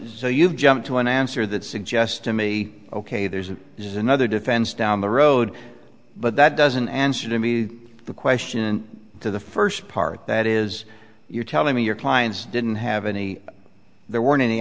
so you've jumped to an answer that suggests to me ok there's that is another defense down the road but that doesn't answer to me the question to the first part that is you're telling me your clients didn't have any there weren't any